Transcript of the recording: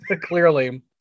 Clearly